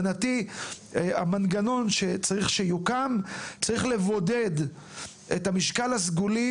המנגנון שצריך להקים צריך לבודד את המשקל הסגולי